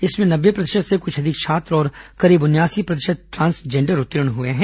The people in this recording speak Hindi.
इसमें नब्बे प्रतिशत से कुछ अधिक छात्र और करीब उनयासी प्रतिशत ट्रांसजेंडर उत्तीर्ण हुए हैं